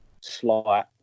slight